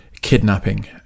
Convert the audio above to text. kidnapping